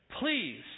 Please